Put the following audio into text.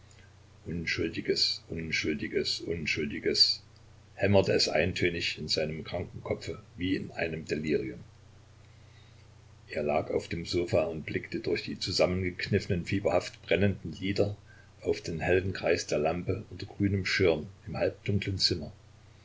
unschuldiges unschuldiges unschuldiges hämmerte es eintönig in seinem kranken kopfe wie in einem delirium er lag auf dem sofa und blickte durch die zusammengekniffenen fieberhaft brennenden lider auf den hellen kreis der lampe unter grünem schirm im halbdunklen zimmer